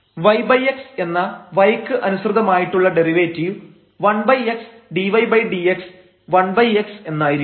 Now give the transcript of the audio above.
yx എന്ന y ക്ക് അനുസൃതമായിട്ടുള്ള ഡെറിവേറ്റീവ് 1x ∂y∂x 1x എന്നായിരിക്കും